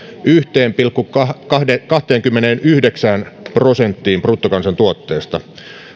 yhteen pilkku kahteenkymmeneenyhdeksään prosenttiin bruttokansantuotteesta